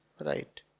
right